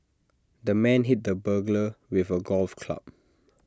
the man hit the burglar with A golf club